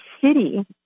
city